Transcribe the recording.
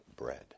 bread